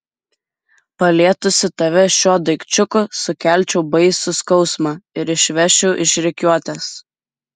palietusi tave šiuo daikčiuku sukelčiau baisų skausmą ir išvesčiau iš rikiuotės